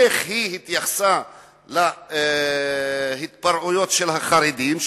איך היא התייחסה להתפרעויות של החרדים,